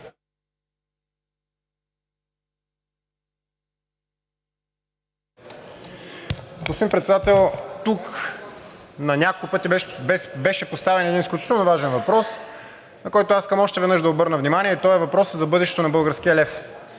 въпросът за бъдещето на българския лев,